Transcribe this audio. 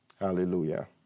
Hallelujah